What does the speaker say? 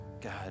God